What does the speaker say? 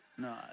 No